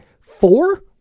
four